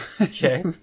Okay